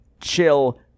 Chill